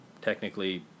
technically